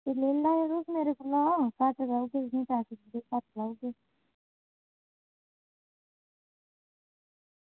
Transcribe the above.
ते लेई लैओ ते तुसें पैसे घट्ट लाई ओड़गे